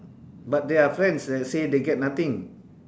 but there are friends that say they get nothing